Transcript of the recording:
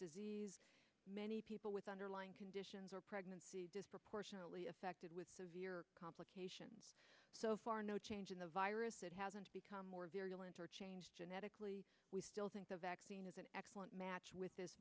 disease many people with underlying conditions are pregnant proportionally affected with severe complications so far no change in the virus that hasn't become more virulent or changed genetically we still think the vaccine is an excellent match with this